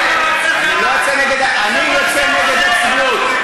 אני לא יוצא נגד, אני יוצא נגד הצביעות.